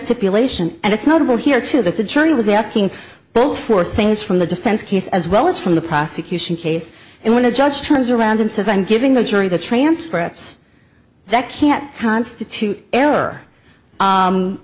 peel ation and it's notable here too that the jury was asking both for things from the defense case as well as from the prosecution case and one a judge turns around and says i'm giving the jury the transcript that can't constitute error